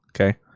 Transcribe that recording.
okay